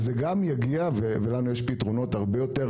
וזה גם יגיע וגם יש פתרונות הרבה יותר